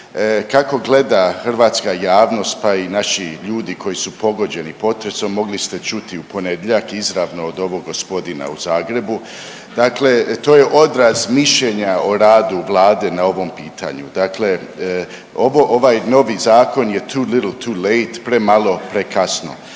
kako gleda hrvatska javnost, pa i naši ljudi koji su pogođeni potresom mogli ste čuti u ponedjeljak izravno od ovog gospodina u Zagrebu. Dakle, to je odraz mišljenja o radu Vlade na ovom pitanju. Dakle, ovaj novi zakon je to little to late, premalo, prekasno.